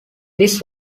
this